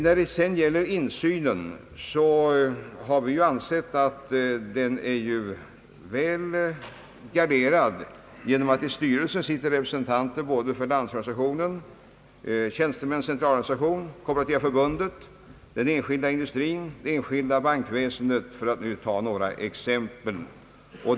När det gäller insynen har vi ansett att den är väl garderad genom att i styrelsen sitter representanter för Landsorganisationen, Tjänstemännens centralorganisation, Kooperativa förbundet, den enskilda industrin, det enskilda bankväsendet, för att nu ta några exempel.